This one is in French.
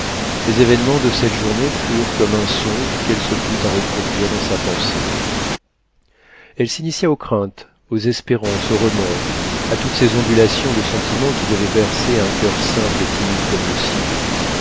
les événements de cette journée furent comme un songe qu'elle se plut à reproduire dans sa pensée elle s'initia aux craintes aux espérances aux remords à toutes ces ondulations de sentiment qui devaient bercer un coeur simple et timide comme le sien